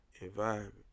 environment